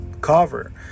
cover